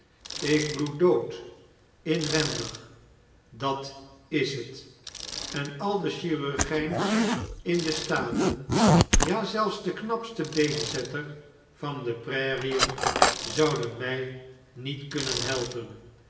ik bloed dood inwendig dat is het en al de chirurgyns in de staten ja zelfs de knapste beenzetter van deprairien zouden my niet kunnen helpen